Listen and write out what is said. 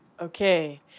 Okay